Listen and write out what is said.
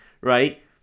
right